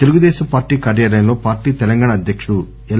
Telugu Desam party కార్యాలయం లో party Telangana అధ్యకుడు ఎల్